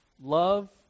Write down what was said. Love